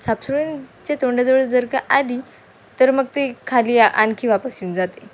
सापशिडीचे तोंडाजवळ जर का आली तर मग ते खाली आणखी वापस येऊन जाते